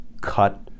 cut